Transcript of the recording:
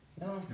No